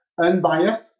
unbiased